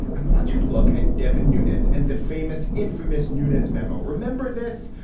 i want to look at devin nunez and the famous infamous nunez memo. remember this?